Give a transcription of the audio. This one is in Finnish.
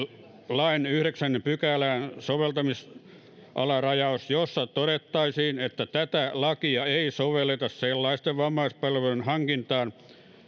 lain yhdeksänteen pykälään soveltamisalarajaus jossa todettaisiin että tätä lakia ei sovelleta sellaisten vammaispalveluiden hankintaan